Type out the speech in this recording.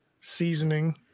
seasoning